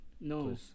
No